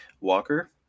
Walker